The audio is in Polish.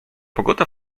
pogoda